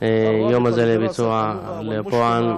ובהוצאתו לפועל.